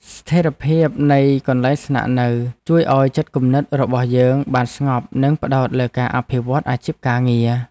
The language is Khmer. ស្ថិរភាពនៃកន្លែងស្នាក់នៅជួយឱ្យចិត្តគំនិតរបស់យើងបានស្ងប់និងផ្ដោតលើការអភិវឌ្ឍអាជីពការងារ។